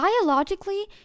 Biologically